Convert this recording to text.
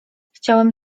chciałem